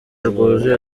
rwuzuye